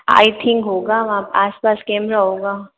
आई think होगा वहाँ आस पास कैमरा होगा